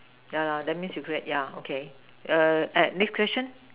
ya lah that means you create ya okay next question